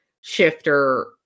shifter